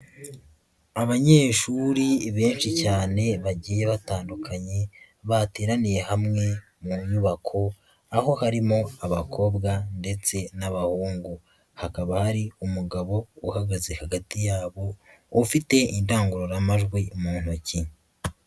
Abanyeshuri benshi cyane bagiye batandukanye bateraniye hamwe mu nyubako aho harimo abakobwa ndetse n'abahungu, hakaba hari umugabo uhagaze hagati yabo ufite indangururamajwi mu ntoki.